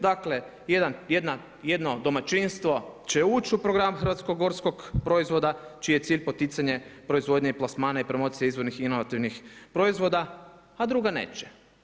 Dakle jedno domaćinstvo će ući u program hrvatskog gorskog proizvoda čiji je cilj poticanje proizvodnje i plasmana i promocije izvornih inovativnih proizvoda a druga neće.